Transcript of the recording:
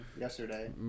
yesterday